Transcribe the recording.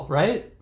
right